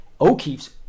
O'Keefe's